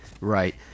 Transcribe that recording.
Right